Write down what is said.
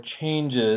changes